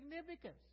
significance